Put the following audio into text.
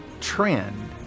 trend